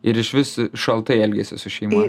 ir išvis šaltai elgiasi su šeima